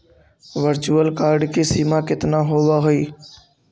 virtual card की सीमा केतना होवअ हई